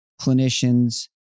clinicians